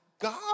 God